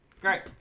Great